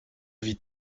vit